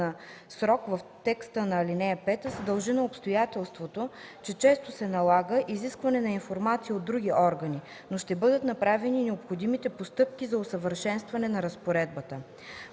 на срок в текста на ал. 5 се дължи на обстоятелството, че често се налага изискване на информация от други органи, но ще бъдат направени необходимите постъпки за усъвършенстване на разпоредбата.